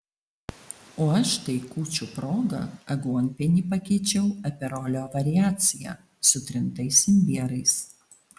o aš tai kūčių proga aguonpienį pakeičiau aperolio variacija su trintais imbierais